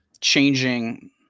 changing